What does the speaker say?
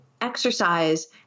exercise